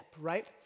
right